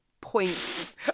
points